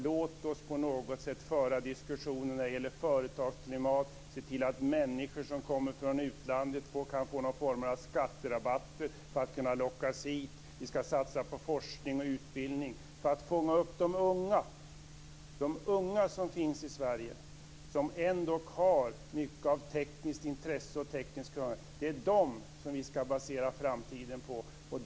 Låt oss på något sätt föra diskussionen om företagsklimat. Låt oss se till att människor som kommer från utlandet kan få någon form av skatterabatter för att lockas hit. Vi ska satsa på forskning och utbildning för att fånga upp de unga som finns i Sverige, som ändock har mycket av tekniskt intresse och tekniskt kunnande. Det är dem vi ska basera framtiden på.